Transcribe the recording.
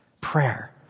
Prayer